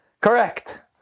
correct